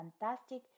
fantastic